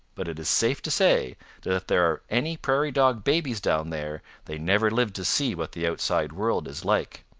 but it is safe to say that if there are any prairie dog babies down there they never live to see what the outside world is like.